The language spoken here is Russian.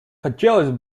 хотелось